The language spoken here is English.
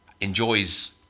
enjoys